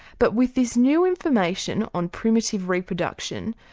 but with this new information on primitive reproduction,